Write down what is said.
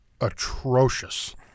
atrocious